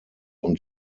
und